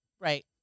Right